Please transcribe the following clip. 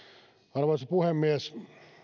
arvoisa puhemies